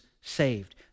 saved